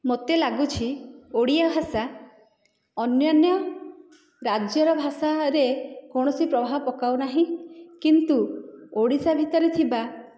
ମୋତେ ଲାଗୁଛି ଓଡ଼ିଆ ଭାଷା ଅନ୍ୟାନ୍ୟ ରାଜ୍ୟର ଭାଷାରେ କୌଣସି ପ୍ରଭାବ ପକାଉ ନାହିଁ କିନ୍ତୁ ଓଡ଼ିଶା ଭିତରେ ଥିବା